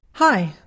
Hi